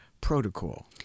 Protocol